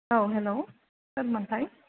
औ हेल' सोरमोनथाय